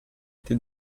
été